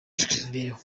imibereho